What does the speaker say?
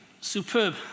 superb